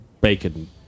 bacon